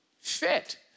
Fit